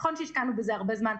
נכון שהשקענו בזה הרבה זמן,